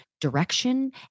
direction